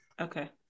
Okay